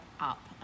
up